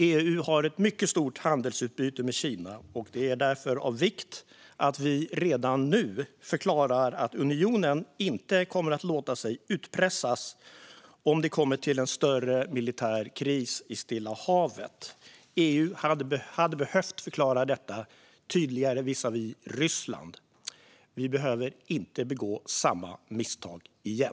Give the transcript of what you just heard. EU har ett mycket stort handelsutbyte med Kina, och det är därför av vikt att vi redan nu förklarar att unionen inte kommer att låta sig utpressas om det kommer till en större militär kris i Stilla havet. EU hade behövt förklara detta tydligare visavi Ryssland. Vi behöver inte begå samma misstag igen.